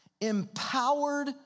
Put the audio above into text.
empowered